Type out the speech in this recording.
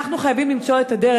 אנחנו חייבים למצוא את הדרך.